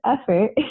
effort